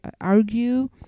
argue